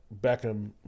Beckham